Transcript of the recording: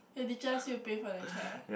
your teacher ask you pay for the chair